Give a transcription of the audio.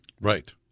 Right